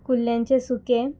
कुल्ल्यांचें सुकें